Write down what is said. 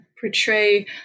portray